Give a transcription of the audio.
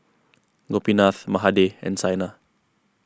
Gopinath Mahade and Saina